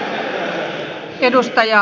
arvoisa puhemies